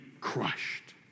crushed